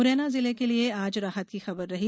मुरैना जिले के लिये आज राहत की खबर रही